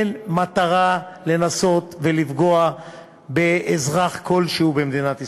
לנסות לפגוע באזרח כלשהו במדינת ישראל.